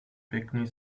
pěkný